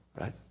right